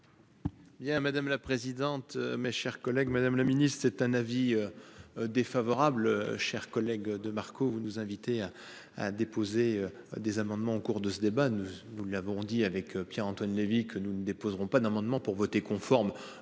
madame la présidente. Mes chers collègues. Madame la Ministre c'est un avis. Défavorable chers collègues de Marco, vous nous invitez. À déposer des amendements au cours de ce débat, nous nous l'avons dit avec Pierre-Antoine Levi que nous ne déposeront pas d'amendement pour voter conforme.